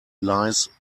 lies